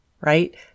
right